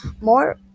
more